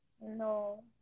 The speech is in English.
No